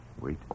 wait